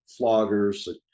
floggers